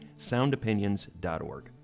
soundopinions.org